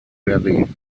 berry